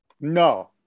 No